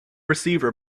receiver